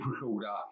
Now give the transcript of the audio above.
recorder